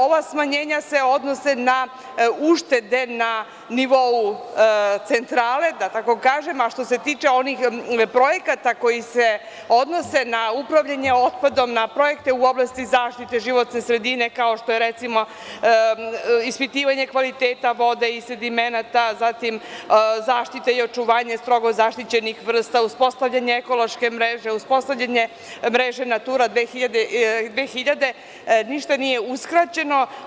Ova smanjenja se odnose na uštede na nivou centrale, da tako kažem, a što se tiče onih projekata koji se odnose na upravljanje otpadom, na projekte u oblasti zaštite životne sredine, kao što je recimo ispitivanje kvaliteta vode i sedimenata, zatim zaštite i očuvanje strogo zaštićenih vrsta, uspostavljanje ekološke mreže, uspostavljanje mreže „Natura 2000“, ništa nije uskraćeno.